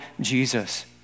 Jesus